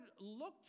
looked